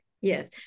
Yes